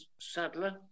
Sadler